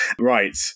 Right